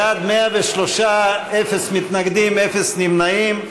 בעד, 103, אפס מתנגדים, אפס נמנעים.